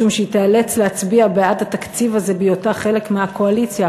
משום שהיא תיאלץ להצביע בעד התקציב הזה בהיותה חלק מהקואליציה.